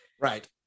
Right